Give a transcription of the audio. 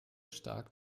stark